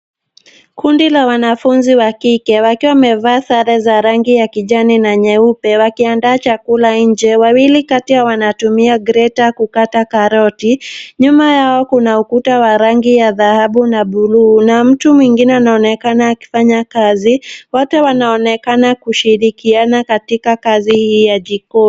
Kundi la wanafunzi wa kike wakiwa wamevaa sare za rangi ya kijani na nyeupe wakiandaa chakula nje. Wawili kati yao wanatumia grator kukata karoti. Nyuma yao kuna ukuta wa rangi ya dhahabu na buluu, na mtu mwingine anaonekana akifanya kazi. Wote wanaonekana kushirikiana katika kazi hii ya jikoni.